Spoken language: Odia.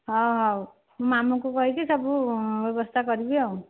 ହଁ ହଉ ମୁଁ ମାମୁଁଙ୍କୁ କହିକି ସବୁ ବ୍ୟବସ୍ଥା କରିବି ଆଉ